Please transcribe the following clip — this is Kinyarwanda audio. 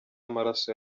amaraso